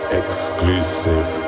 exclusive